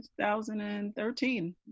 2013